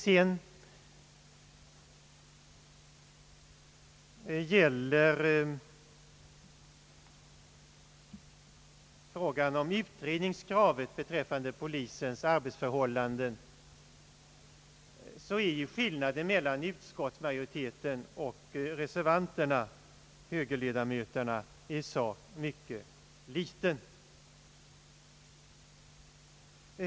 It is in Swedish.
Beträffande kravet om utredning av polisens arbetsförhållanden är skillnaden mellan utskottsmajoriteten och reservanterna — högerledamöterna — i sak mycket ringa.